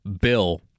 bill